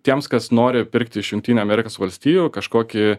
tiems kas nori pirkti iš jungtinių amerikos valstijų kažkokį